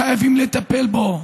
חייבים לטפל בו,